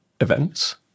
events